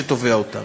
שתובע אותן?